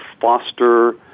foster